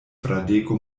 fradeko